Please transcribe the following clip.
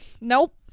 nope